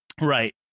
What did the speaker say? Right